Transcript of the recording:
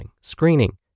screening